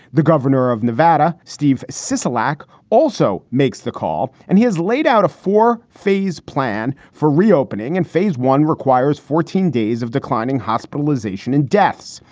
the governor of nevada, steve cecille lack also makes the call. and he has laid out a four phase plan for reopening. and phase one requires fourteen days of declining hospitalization and deaths.